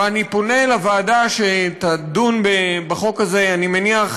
ואני פונה לוועדה שתדון בחוק הזה, אני מניח,